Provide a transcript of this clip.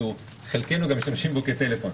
כי חלקנו גם משתמשים בו כטלפון.